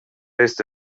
este